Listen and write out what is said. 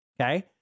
okay